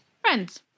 Friends